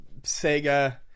sega